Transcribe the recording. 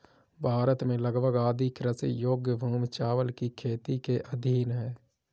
भारत में लगभग आधी कृषि योग्य भूमि चावल की खेती के अधीन है